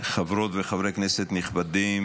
חברות וחברי כנסת נכבדים